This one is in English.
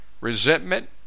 Resentment